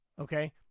Okay